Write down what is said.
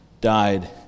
died